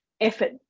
effort